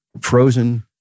frozen